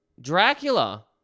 Dracula